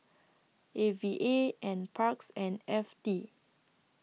A V A N Parks and F T